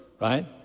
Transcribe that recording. right